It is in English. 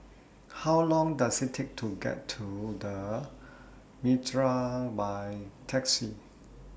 How Long Does IT Take to get to The Mitraa By Taxi